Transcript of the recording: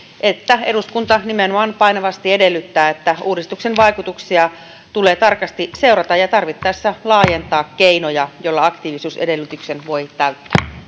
eduskunta nimenomaan painavasti edellyttää että uudistuksen vaikutuksia tulee tarkasti seurata ja tarvittaessa laajentaa keinoja joilla aktiivisuusedellytyksen voi